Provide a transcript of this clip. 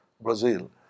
Brazil